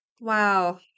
wow